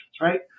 right